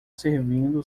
servindo